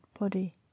body